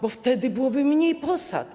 Bo wtedy byłoby mniej posad.